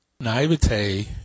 naivete